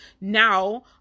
now